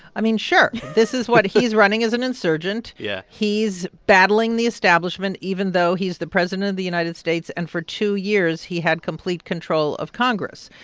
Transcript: i mean, sure, this is what he's running as an insurgent yeah he's battling the establishment even though he's the president of the united states and, for two years, he had complete control of congress.